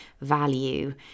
value